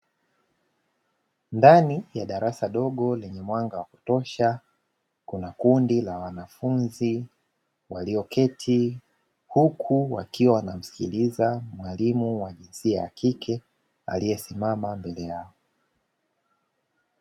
Ndani ya darasa dogo lenye mwanga wa kutosha kuna kundi la wanafunzi walioketi, huku wakiwa wanamsikiliza mwalimu wa jinsia ya kike aliyesimama mbele yao.